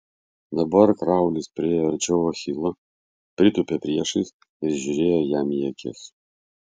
dabar kraulis priėjo arčiau achilo pritūpė priešais ir žiūrėjo jam į akis